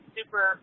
Super